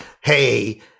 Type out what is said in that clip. hey